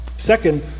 Second